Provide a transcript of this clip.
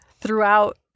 throughout